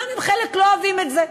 גם אם חלק לא אוהבים את זה.